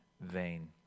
vain